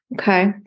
Okay